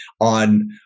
on